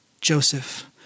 Joseph